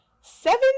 seven